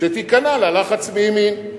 שתיכנע ללחץ מימין.